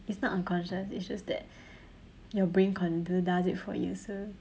it's not unconscious it's just that your brain con~ does it for you so